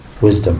wisdom